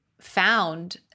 found